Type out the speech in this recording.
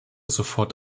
sofort